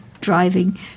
driving